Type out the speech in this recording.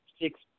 six